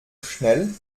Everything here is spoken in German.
schnell